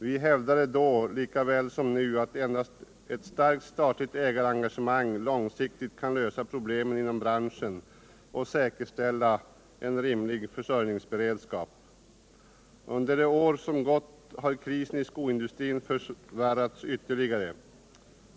Vi hävdade då lika väl som nu att endast ctt starkt statligt ägarengagemang långsiktigt kan lösa problemen inom branschen och säkerställa en rimlig försörjningsberedskap. Under det år som gått har krisen i skoindustrin förvärrats ytterligare.